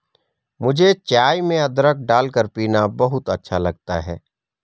मुझे चाय में अदरक डालकर पीना बहुत अच्छा लगता है